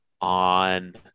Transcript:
on